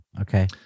Okay